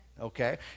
Okay